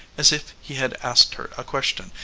as if he had asked her a question,